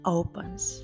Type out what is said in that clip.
opens